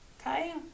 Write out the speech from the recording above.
Okay